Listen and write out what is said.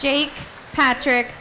jake patrick